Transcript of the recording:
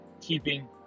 keeping